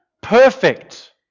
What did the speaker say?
perfect